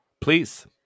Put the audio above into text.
Please